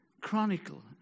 Chronicle